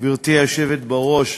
גברתי היושבת-ראש,